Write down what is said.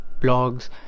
blogs